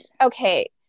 Okay